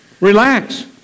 Relax